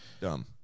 Dumb